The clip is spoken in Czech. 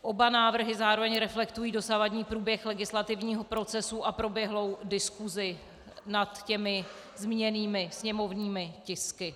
Oba návrhy zároveň reflektují dosavadní průběh legislativního procesu a proběhlou diskusi nad zmíněnými sněmovními tisky.